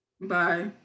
Bye